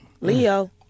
Leo